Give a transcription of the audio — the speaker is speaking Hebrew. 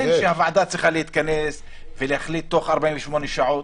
אין שהוועדה צריכה להתכנס ולהחליט תוך 48 שעות.